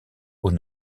aux